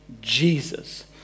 jesus